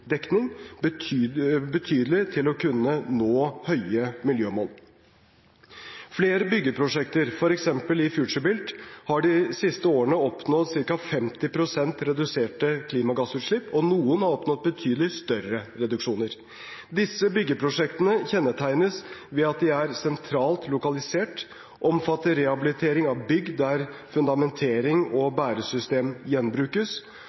betydelig til å kunne nå høye miljømål. Flere byggeprosjekter, f.eks. i FutureBuilt, har de siste årene oppnådd ca. 50 pst. reduserte klimagassutslipp, og noen har oppnådd betydelig større reduksjoner. Disse byggeprosjektene kjennetegnes ved at de er sentralt lokalisert, omfatter rehabilitering av bygg der fundamentering og bæresystem gjenbrukes,